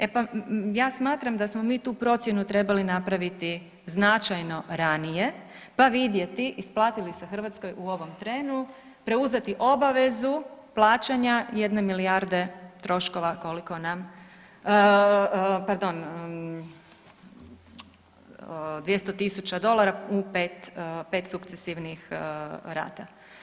E pa ja smatram da smo mi tu procjenu trebali napraviti značajno ranije, pa vidjeti isplati li se Hrvatskoj u ovom trenu preuzeti obavezu plaćanja jedne milijarde troškova koliko nam, pardon, 200.000 dolara u 5, 5 sukcesivnih rata.